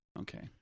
Okay